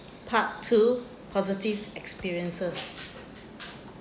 part two positive experiences